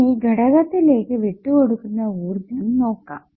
ഇനി ഘടകത്തിലേക്ക് വിട്ടുകൊടുക്കുന്ന ഊർജ്ജം നോക്കാം